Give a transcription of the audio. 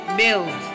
build